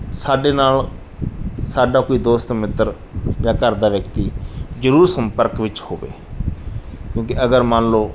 ਸਾਡੇ ਨਾਲ ਸਾਡਾ ਕੋਈ ਦੋਸਤ ਮਿੱਤਰ ਜਾਂ ਘਰ ਦਾ ਵਿਅਕਤੀ ਜ਼ਰੂਰ ਸੰਪਰਕ ਵਿੱਚ ਹੋਵੇ ਕਿਉਂਕਿ ਅਗਰ ਮੰਨ ਲਓ